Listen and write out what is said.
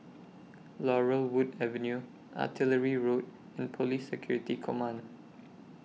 Laurel Wood Avenue Artillery Road and Police Security Command